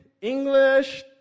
English